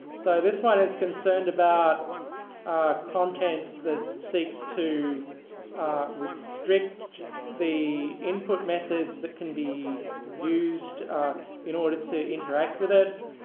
so this one is concerned about content that seeks to restrict the input methods that can be used in order to interact with it.